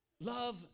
love